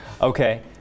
Okay